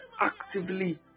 actively